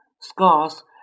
Scars